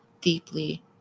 deeply